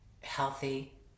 healthy